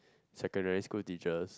secondary school teachers